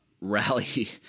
rally